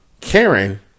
Karen